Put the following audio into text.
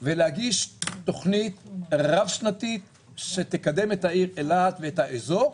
ולהגיש תוכנית רב שנתית שתקדם את העיר אילת ואת האזור,